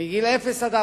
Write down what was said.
בני ה-0 14